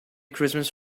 christmas